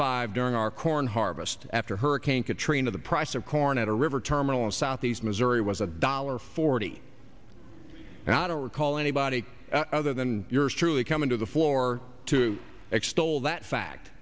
five during our corn harvest after hurricane katrina the price of corn at a river terminal in southeast missouri was a dollar forty and i don't recall anybody other than yours truly coming to the floor to extol that fact